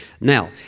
Now